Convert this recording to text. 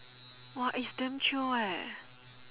!wah! is damn chio eh